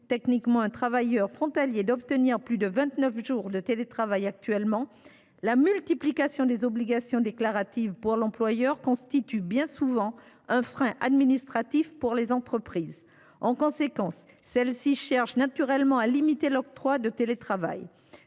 techniquement un travailleur frontalier d’obtenir plus de vingt neuf jours de télétravail actuellement, la multiplication des obligations déclaratives pour l’employeur constitue, bien souvent, un frein administratif pour les entreprises. En conséquence, celles ci cherchent naturellement à limiter l’octroi de télétravail.